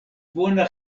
bona